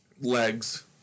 legs